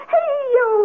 Hey-yo